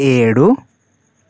ఏడు